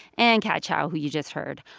and kat chow, who you just heard.